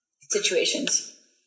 situations